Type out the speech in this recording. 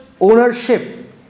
ownership